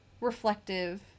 reflective